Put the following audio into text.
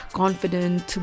confident